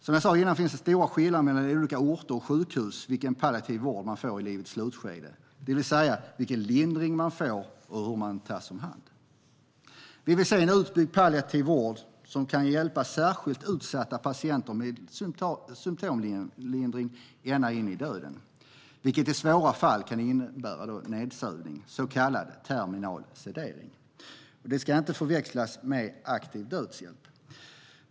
I dag finns det som sagt stora skillnader mellan olika orter och sjukhus när det gäller vilken palliativ vård man får i livets slutskede, det vill säga vilken lindring man får och hur man tas om hand. Vi vill se en utbyggd palliativ vård som kan hjälpa särskilt utsatta patienter med symtomlindring ända in i döden. I svåra fall kan det innebära nedsövning, så kallad terminal sedering. Det ska inte förväxlas med aktiv dödshjälp.